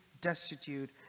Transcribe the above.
destitute